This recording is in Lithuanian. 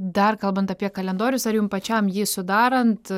dar kalbant apie kalendorius ar jum pačiam jį sudarant